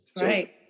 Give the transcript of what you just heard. Right